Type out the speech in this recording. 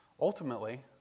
Ultimately